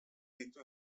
ditu